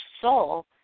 soul